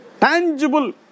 tangible